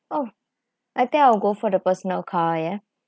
oh I think I will go for the personal car ya